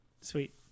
Sweet